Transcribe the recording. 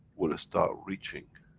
will start reaching,